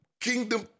kingdom